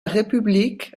république